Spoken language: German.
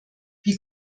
wie